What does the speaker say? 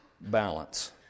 balance